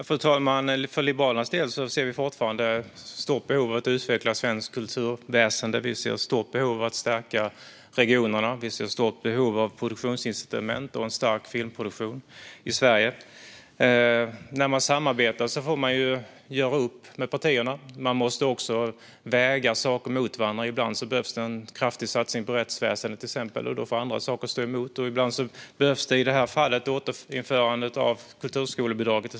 Fru talman! För Liberalernas del ser vi fortfarande ett stort behov av att utveckla svenskt kulturväsen. Vi ser ett stort behov av att stärka regionerna, och vi ser ett stort behov av produktionsincitament och en stark filmproduktion i Sverige. När man samarbetar får man göra upp med partierna. Man måste också väga saker mot varandra. Ibland behövs det en kraftig satsning på till exempel rättsväsendet, och då får andra saker stå tillbaka. Ibland behövs det, som i detta fall, ett återinförande av kulturskolestödet.